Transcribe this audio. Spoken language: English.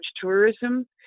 tourism